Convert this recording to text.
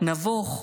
נבוך,